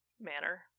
manner